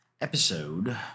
episode